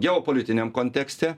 geopolitiniam kontekste